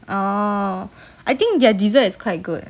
oh I think their dessert is quite good